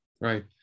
Right